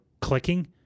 clicking